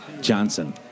Johnson